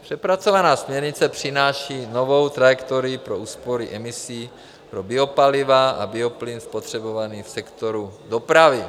Přepracovaná směrnice přináší novou trajektorii pro úspory emisí pro biopaliva a bioplyn spotřebovaný v sektoru dopravy.